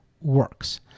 works